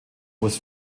muss